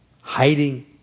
hiding